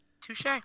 Touche